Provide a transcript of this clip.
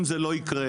אם זה לא יקרה,